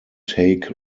take